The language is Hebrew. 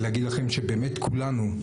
ולהגיד לכם שבאמת כולנו,